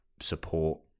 support